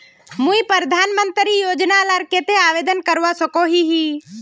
मुई प्रधानमंत्री योजना लार केते आवेदन करवा सकोहो ही?